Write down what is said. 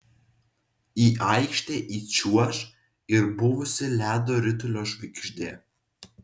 į aikštę įčiuoš ir buvusi ledo ritulio žvaigždė